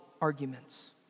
arguments